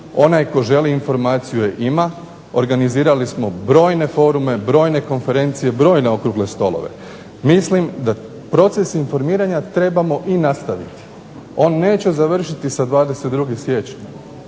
Onaj tko želi informaciju je ima. Organizirali smo brojne forume, brojne konferencije, brojne okrugle stolove. Mislim da proces informiranja trebamo i nastaviti. On neće završiti sa 22. siječnja.